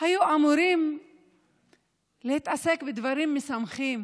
היו אמורים להתעסק בדברים משמחים: